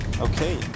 Okay